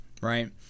right